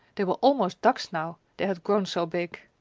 they were almost ducks now, they had grown so big.